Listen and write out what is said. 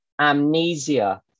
Amnesia